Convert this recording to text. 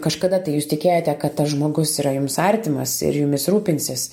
kažkada tai jūs tikėjote kad tas žmogus yra jums artimas ir jumis rūpinsis